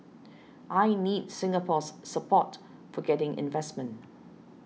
I need Singapore's support for getting investment